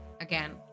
again